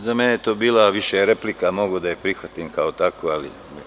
Za mene je to bila više replika, a mogu da je prihvatim kao takvu.